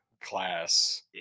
class